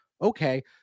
Okay